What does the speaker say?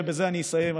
ובזה אני אסיים,